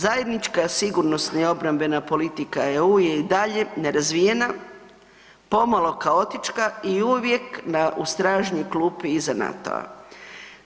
Zajednička sigurnosna obrambena politika EU je i dalje nerazvijena, pomalo kaotična i uvijek u stražnjoj klupi iza NATO-a.